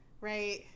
Right